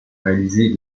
réalisé